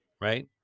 Right